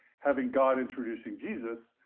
having god introducing jesus,